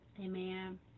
Amen